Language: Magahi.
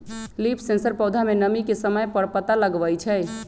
लीफ सेंसर पौधा में नमी के समय पर पता लगवई छई